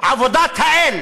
עבודת האל.